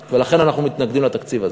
ולכן, אנחנו מתנגדים לתקציב הזה.